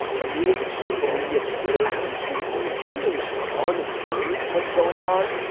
but in the age of social media, twitter, youtube is being unheard. what's going on?